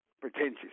Pretentious